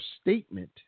statement